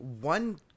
One